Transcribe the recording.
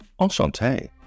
Enchanté